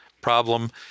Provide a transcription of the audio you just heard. problem